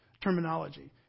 terminology